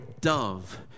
dove